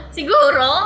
Siguro